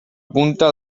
punta